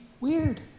weird